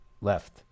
left